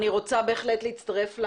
אני רוצה בהחלט להצטרף.